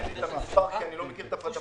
אין לי את המספר כי אני לא מכיר את הפרטים,